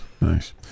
nice